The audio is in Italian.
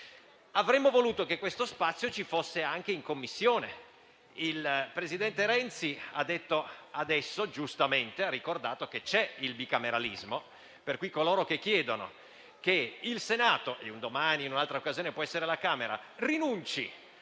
Avremmo voluto che questo spazio ci fosse anche in Commissione. Il presidente Renzi adesso ha giustamente ricordato che c'è il bicameralismo, per cui chiedere al Senato - e un domani in un'altra occasione potrebbe essere la Camera - di